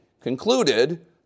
concluded